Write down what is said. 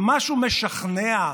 משהו משכנע,